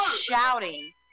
shouting